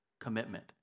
Commitment